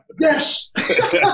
Yes